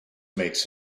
makes